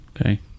Okay